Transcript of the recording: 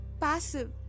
passive